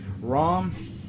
rom